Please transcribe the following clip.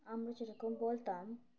আমরা যেরকম বলতাম